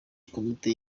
komite